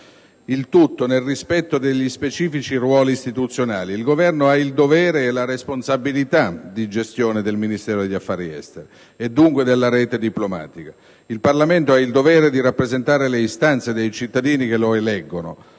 avvenire nel rispetto degli specifici ruoli istituzionali: il Governo ha il dovere e la responsabilità di gestione del Ministero degli affari esteri, e dunque della rete diplomatica; il Parlamento ha il dovere di rappresentare le istanze dei cittadini che lo eleggono.